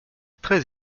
très